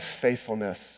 faithfulness